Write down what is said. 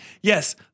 Yes